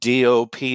DOP